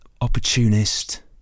opportunist